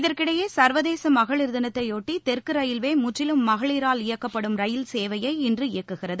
இதற்கிடையே சா்வதேச மகளிா் தினத்தையொட்டி தெற்கு ரயில்வே முற்றிலும் மகளிரால் இயக்கப்படும் ரயில் சேவையை இன்று இயக்கப்படுகிறது